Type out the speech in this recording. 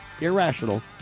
irrational